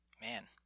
Man